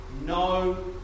no